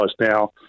now